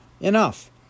Enough